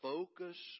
Focus